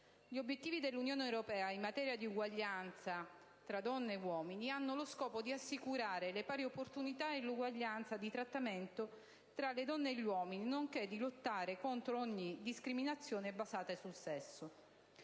Gli obiettivi dell'Unione europea in materia di uguaglianza tra donne e uomini hanno lo scopo di assicurare le pari opportunità e l'uguaglianza di trattamento tra donne e uomini, nonché di lottare contro ogni discriminazione basata sul sesso.